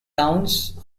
towns